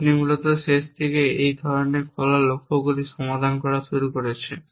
আমরা মূলত শেষ থেকে এই ধরনের খোলা লক্ষ্যগুলি সমাধান করা শুরু করেছি